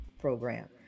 program